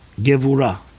Gevura